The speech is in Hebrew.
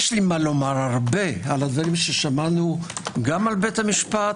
יש לי מה לומר הרבה על הדברים ששמענו גם על בית המשפט